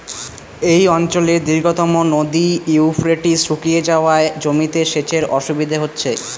এই অঞ্চলের দীর্ঘতম নদী ইউফ্রেটিস শুকিয়ে যাওয়ায় জমিতে সেচের অসুবিধে হচ্ছে